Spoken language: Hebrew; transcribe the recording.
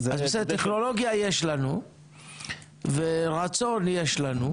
טכנולוגיה יש לנו ורצון יש לנו.